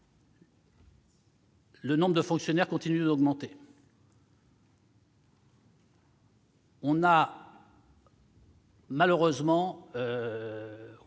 le nombre de fonctionnaires continue d'augmenter. On a malheureusement